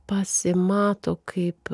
pasimato kaip